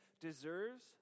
deserves